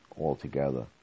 altogether